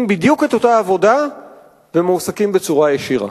בדיוק את אותה עבודה ומועסקים בצורה ישירה.